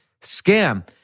scam